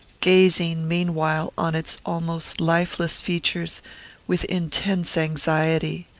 gazing, meanwhile, on its almost lifeless features with intense anxiety.